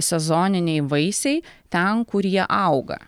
sezoniniai vaisiai ten kur jie auga